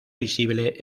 visible